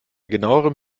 genauerem